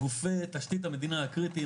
גופי תשתית המדינה הקריטיים,